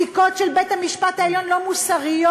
הפסיקות של בית-המשפט העליון לא מוסריות.